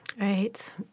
Right